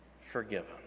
forgiven